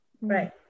Right